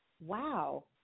wow